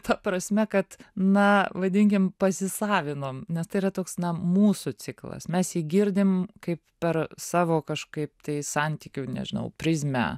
ta prasme kad na vadinkim pasisavinom nes tai yra toks na mūsų ciklas mes jį girdim kaip per savo kažkaip tai santykių nežinau prizmę